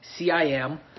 CIM